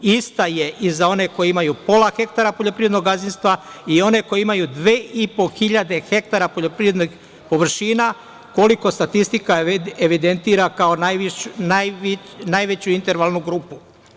Ista je i za one koji imaju pola ha poljoprivrednog gazdinstva i one koji imaju dve i po hiljade hektara poljoprivredne površine, koliko statistika evidentira kao najveću intervalnu grupu.